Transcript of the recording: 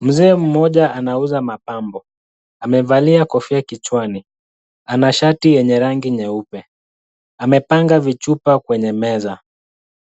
Mzee mmoja anauza mapambo. Amevalia kofia kichwani. Ana shati yenye rangi nyeupe. Amepanga vichupa kwenye meza.